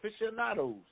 aficionados